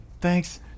Thanks